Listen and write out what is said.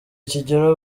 kigera